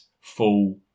full